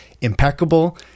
impeccable